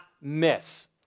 miss